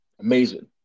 amazing